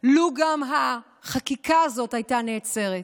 לו גם החקיקה הזאת הייתה נעצרת.